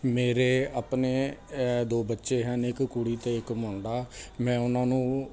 ਮੇਰੇ ਆਪਣੇ ਦੋ ਬੱਚੇ ਹਨ ਇੱਕ ਕੁੜੀ ਅਤੇ ਇੱਕ ਮੁੰਡਾ ਮੈਂ ਉਹਨਾਂ ਨੂੰ